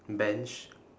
bench